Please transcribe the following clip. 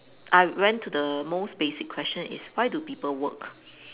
I went to the most basic question is why do people work